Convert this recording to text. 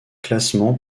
classement